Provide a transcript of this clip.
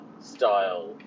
style